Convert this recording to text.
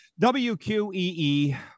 WQEE